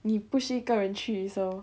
你不是一个人去 so